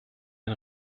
den